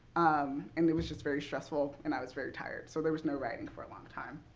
um and it was just very stressful and i was very tired, so there was no writing for a long time.